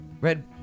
Red